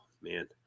man